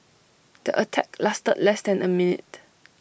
the attack lasted less than A minute